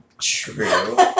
True